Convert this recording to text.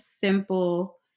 simple